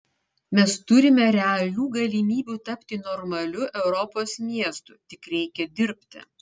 mes turime realių galimybių tapti normaliu europos miestu tik reikia dirbti